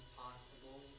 possible